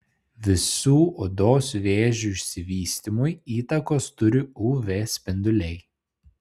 visų odos vėžių išsivystymui įtakos turi uv spinduliai